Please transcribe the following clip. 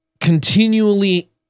continually